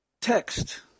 text